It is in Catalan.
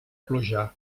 pluja